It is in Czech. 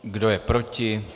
Kdo je proti?